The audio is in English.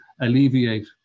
alleviate